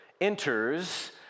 enters